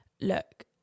look